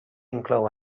inclou